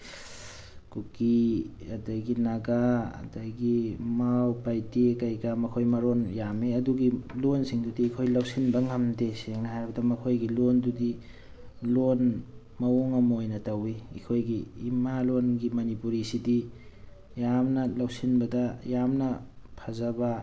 ꯀꯨꯀꯤ ꯑꯗꯒꯤ ꯅꯥꯒꯥ ꯑꯗꯒꯤ ꯃꯥꯎ ꯄꯥꯏꯇꯦ ꯀꯔꯤ ꯀꯔꯥ ꯃꯈꯣꯏ ꯃꯔꯣꯟ ꯌꯥꯝꯃꯦ ꯑꯗꯨꯒꯤ ꯂꯣꯟꯁꯤꯡꯗꯨꯗꯤ ꯑꯩꯈꯣꯏ ꯂꯧꯁꯤꯟꯕ ꯉꯝꯗꯦ ꯁꯦꯡꯅ ꯍꯥꯏꯔꯕꯗ ꯃꯈꯣꯏꯒꯤ ꯂꯣꯟꯗꯨꯗꯤ ꯂꯣꯟ ꯃꯑꯣꯡ ꯑꯃ ꯑꯣꯏꯅ ꯇꯧꯋꯤ ꯑꯩꯈꯣꯏꯒꯤ ꯏꯃꯥ ꯂꯣꯟꯒꯤ ꯃꯅꯤꯄꯨꯔꯤꯁꯤꯗꯤ ꯌꯥꯃꯅ ꯂꯧꯁꯤꯟꯕꯗ ꯌꯥꯝꯅ ꯐꯖꯕ